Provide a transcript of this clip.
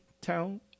town